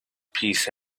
peace